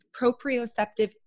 proprioceptive